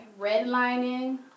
redlining